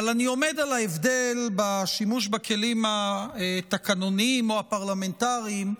אבל אני עומד על ההבדל בשימוש בכלים התקנוניים או הפרלמנטריים,